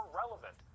relevant